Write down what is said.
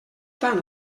tant